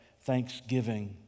thanksgiving